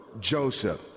Joseph